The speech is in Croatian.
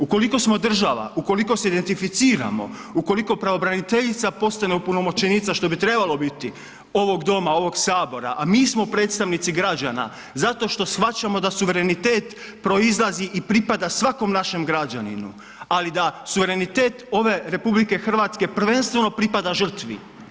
Ukoliko smo država, ukoliko se identificiramo, ukoliko bravobraniteljica postane opunomoćenica što bi trebalo biti ovog Doma, ovog Sabora a mi smo predstavnici građana zato što shvaćamo da suverenitet proizlazi i pripada svakom našem građaninu ali da suverenitet ove RH prvenstveno pripada žrtvi.